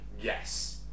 Yes